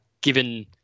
given